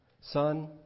son